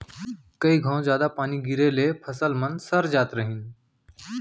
कई घौं जादा पानी गिरे ले फसल मन सर जात रहिन